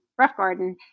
Roughgarden